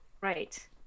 Right